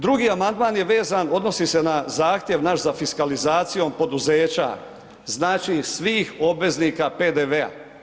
Drugi amandman je vezan, odnosi se na zahtjev naš za fiskalizacijom poduzeća, znači svih obveznika PDV-a.